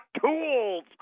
tools